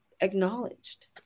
acknowledged